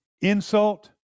insult